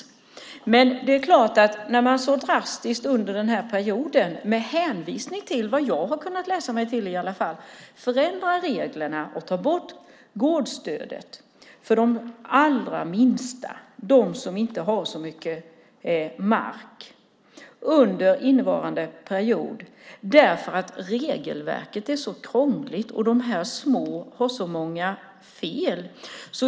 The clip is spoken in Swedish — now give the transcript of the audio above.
Däremot står jag frågande när man så drastiskt förändrar reglerna under pågående period, med hänvisning till - vad jag har kunnat läsa mig till i alla fall - att regelverket är så krångligt och att ansökningarna från de små har så många fel, och tar bort gårdsstödet för de allra minsta, de som inte har så mycket mark.